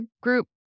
group